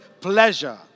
pleasure